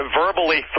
verbally